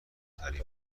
تعریف